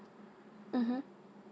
mmhmm